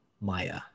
Maya